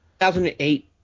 2008